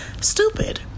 stupid